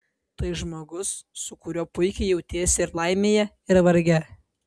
tai žmogus su kuriuo puikiai jautiesi ir laimėje ir varge